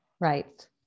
Right